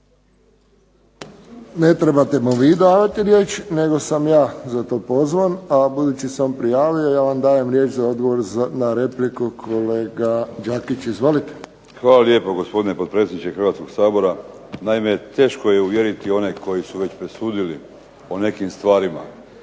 Hvala lijepo gospodine potpredsjedniče Hrvatskog sabora. Naime teško je uvjeriti one koji su već presudili o nekim stvarima.